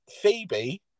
Phoebe